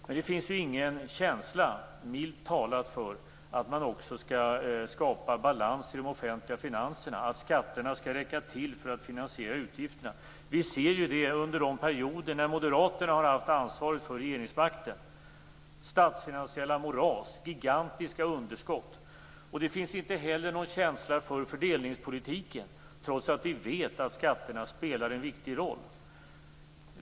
Men det finns ingen känsla - milt talat - för att man också skall skapa balans i de offentliga finanserna, att skatterna skall räcka till för att finansiera utgifterna. Det har vi sett under de perioder som moderaterna har haft ansvar för regeringsmakten: statsfinansiella moras och gigantiska underskott. Det finns inte heller någon känsla för fördelningspolitiken, trots att vi vet att skatterna spelar en viktig roll.